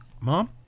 mom